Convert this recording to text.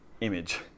image